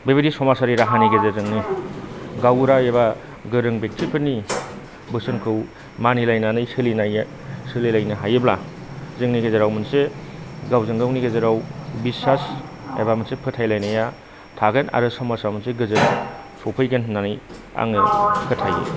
बेबायदि समाजारि राहानि गेजेरजोंनो गावबुरा एबा गोरों ब्यक्तिफोरनि बोसोनखौ मानिलायनानै सोलिलायना सोलिलायनो हायोब्ला जोंनि गेजेराव मोनसे गावजोंगावनि गेजेराव बिसास एबा मोनसे फोथायलायनाया थागोन आरो समाजाव मोनसे गोजोन सफैगोन होननानै आङो फोथायो